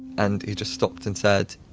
and he just stopped and said,